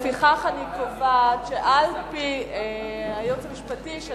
לפיכך אני קובעת שעל-פי הייעוץ המשפטי של